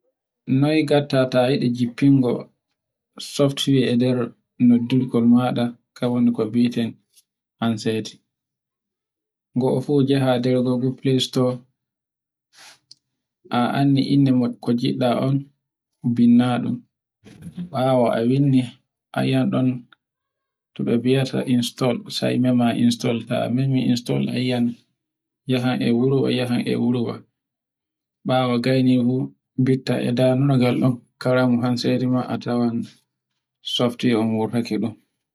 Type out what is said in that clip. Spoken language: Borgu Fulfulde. noy ngatta ta yiɗi jiffirgo software e nder noddirkol maɗa, ka woni ka mbieten handset, ngofu njaha nder google playstore, a anndi innde ko ngiɗɗa on, binnda ɗun, a yia ɗon to be mbiaya install sai mema install, ta memi install yahan e wuro, yahan e woru. bawo gayne fu, mbitta e dandina fu karamu handset jima, spftware on wurtke ɗon,